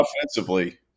offensively